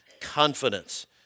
confidence